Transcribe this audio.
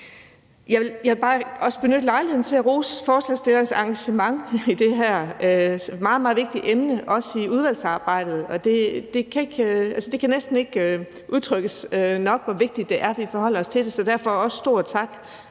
Jeg vil også benytte lejligheden til at rose forslagsstillernes engagement i det her meget, meget vigtige emne, også i udvalgsarbejdet. Det kan næsten ikke understreges nok, hvor vigtigt det er, at vi forholder os til det, så derfor skal der også